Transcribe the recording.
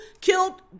killed